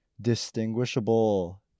distinguishable